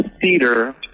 theater